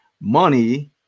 money